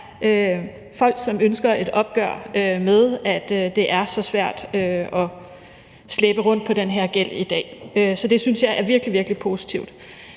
folk, som ønsker et opgør med, at det er så svært at slæbe rundt på den her gæld i dag. Så det synes jeg er virkelig, virkelig positivt.